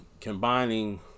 combining